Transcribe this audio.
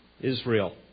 Israel